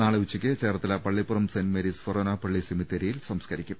നാളെ ഉച്ചയ്ക്ക് Cherthala Pallippuram saint Mary's forane പള്ളി സെമിത്തേരി യിൽ സംസ്കരിക്കും